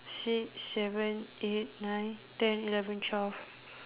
six seven eight nine ten eleven twelve